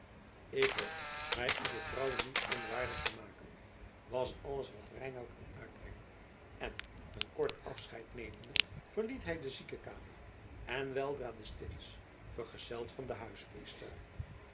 ik hoop mij uw vertrouwen niet onwaardig te maken was alles wat reinout kon uitbrengen en een kort afscheid nemende verliet hij de ziekekamer en weldra de stins vergezeld van den